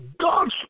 God's